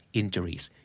injuries